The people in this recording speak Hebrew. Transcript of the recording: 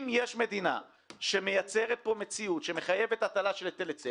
אם יש מדינה שמייצרת פה מציאות שמחייבת הטלה של היטל היצף